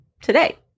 today